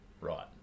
right